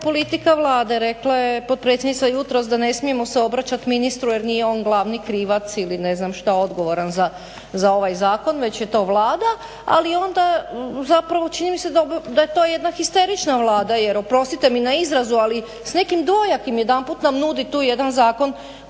politika Vlade, rekla je potpredsjednica jutros da ne smijemo se obraćat ministru jer nije on glavni krivac ili ne znam šta, odgovoran za ovaj zakon već je to Vlada ali onda zapravo čini mi se da je to jedna histerična Vlada jer oprostite mi na izrazu ali s nekim dvojakim jedanput nam nudi tu jedan zakon